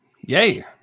Yay